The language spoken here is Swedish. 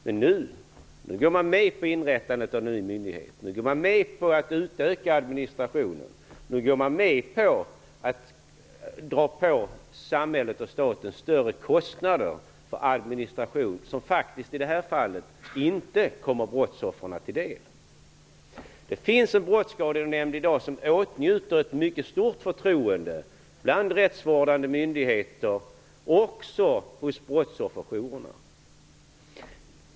Men nu går man med på inrättandet av en ny myndighet, på att utöka administrationen, på att dra på samhället och staten större kostnader för administration, som i det här fallet inte kommer brottsoffren till del. Det finns en brottsskadenämnd i dag, som åtnjuter ett mycket stort förtroende bland rättsvårdande myndigheter och hos brottsofferjourerna.